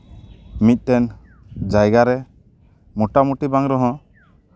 ᱢᱤᱫᱴᱮᱱ ᱡᱟᱭᱜᱟᱨᱮ ᱢᱳᱴᱟᱢᱩᱴᱤ ᱵᱟᱝ ᱨᱮᱦᱚᱸ